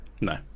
No